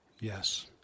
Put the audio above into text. Yes